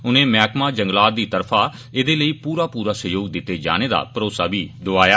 उनें मैहकमा जंगलात दी तरफा एदे लेई पूरा पूरा सहयोग दिते जाने दा भरोसा बी दोआया